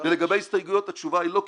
לגבי הסתייגויות התשובה היא לא,